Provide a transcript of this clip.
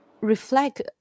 reflect